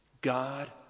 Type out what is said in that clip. God